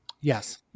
Yes